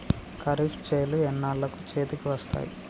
ఖరీఫ్ చేలు ఎన్నాళ్ళకు చేతికి వస్తాయి?